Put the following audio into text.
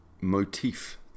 motif